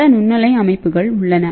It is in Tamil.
பல நுண்ணலை அமைப்புகள் உள்ளன